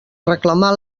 reclamar